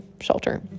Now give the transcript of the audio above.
shelter